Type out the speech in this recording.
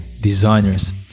designers